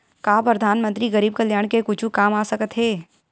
का परधानमंतरी गरीब कल्याण के कुछु काम आ सकत हे